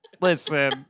Listen